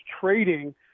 trading